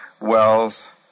Wells